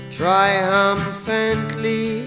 triumphantly